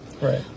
right